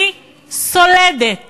אני סולדת